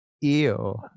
Ew